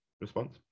response